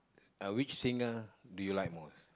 uh which singer do you like most